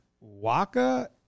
Waka